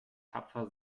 tapfer